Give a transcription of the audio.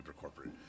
corporate